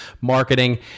marketing